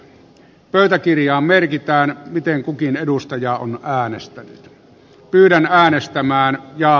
pöytäkirjaan merkitään miten kukin edustaja äänestää yhdellä äänestämään ja